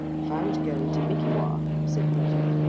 if i were to go into mickewa, said morton,